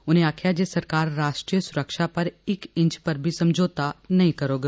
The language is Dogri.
उनें आक्खेआ जे सरकार राश्ट्रीय सुरक्षा पर इक इंच पर बी समझौता नेई करोग